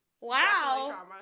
Wow